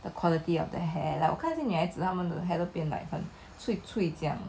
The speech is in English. the quality of the hair like 我看见女孩子她们的 hair 都变 like 脆脆这样